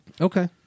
Okay